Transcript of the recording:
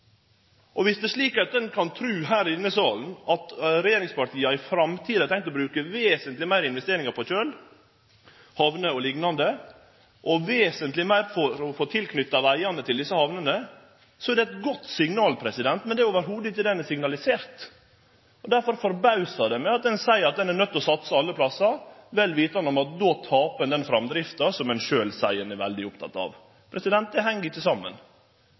ein i denne salen trur at regjeringspartia i framtida har tenkt å bruke vesentleg meir på investeringar på kjøl, hamner og liknande, og vesentleg meir på å få knytte vegane til dei same hamnene, er det eit godt signal, men det er i det heile ikkje det som er signalisert. Derfor forbausar det meg at ein seier at ein er nøydt til å satse alle plassar, vel vitande om at då tapar ein den framdrifta som ein sjølv seier ein er veldig oppteken av. Det heng ikkje saman.